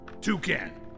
Toucan